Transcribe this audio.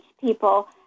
people